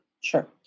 Sure